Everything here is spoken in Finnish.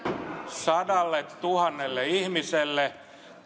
sadalletuhannelle ihmiselle